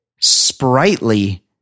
sprightly